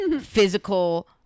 Physical